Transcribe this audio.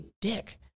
dick